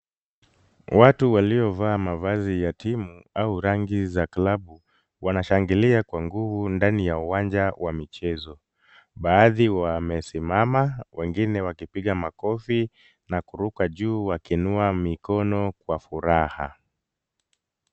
Watu waliovaa mavazi ya timu au rangi za klabu wanashangilia kwa nguvu ndani ya uwanja wa michezo. Baadhi wamesimama wengine wakipiga makofi na kuruka juu wakiinua mikono kwa furaha.